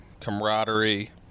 camaraderie